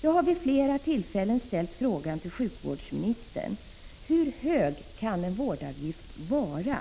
Jag har vid flera tillfällen ställt frågan till sjukvårdsministern: Hur hög kan en vårdavgift vara